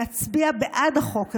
נצביע בעד החוק הזה.